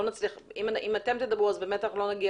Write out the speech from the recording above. אם אתם תדברו אז באמת אנחנו לא נגיע